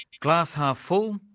glass half full?